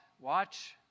watch